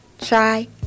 try